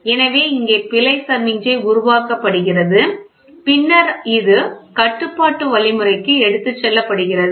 எனவே இங்கே பிழை சமிக்ஞை உருவாக்கப்படுகிறது பின்னர் இது கட்டுப்பாட்டு வழிமுறைக்கு எடுத்துச் செல்லப்படுகிறது